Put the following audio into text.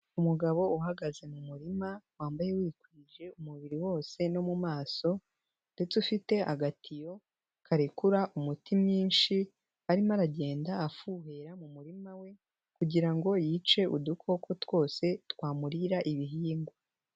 Umugabo uhagaze mu murima wambaye wikwije umubiri wose no mu maso ndetse ufite agatiyo karekura umuti mwinshi arimo aragenda afuhera mu murima we kugira ngo yice udukoko twose twamurira ibihingwa.